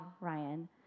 Ryan